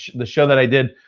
the show that i did,